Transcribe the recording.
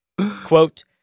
Quote